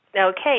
Okay